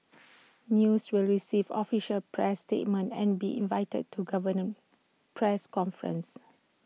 news will receive official press statements and be invited to government press conferences